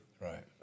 right